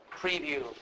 preview